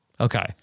Okay